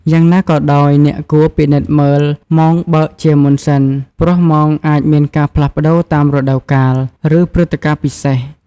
យ៉ាងណាក៏ដោយ អ្នកគួរពិនិត្យមើលម៉ោងបើកជាមុនសិន ព្រោះម៉ោងអាចមានការផ្លាស់ប្ដូរតាមរដូវកាល ឬព្រឹត្តិការណ៍ពិសេស។